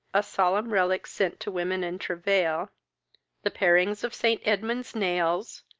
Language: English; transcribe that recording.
a solemne relic sent to women in travail the parings of st. edmund's nails,